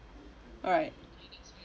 alright